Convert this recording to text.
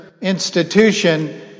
institution